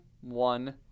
one